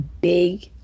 big